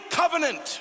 covenant